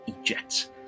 ejects